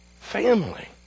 family